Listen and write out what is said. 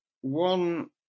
One